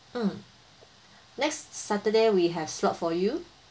mm next saturday we have slot for you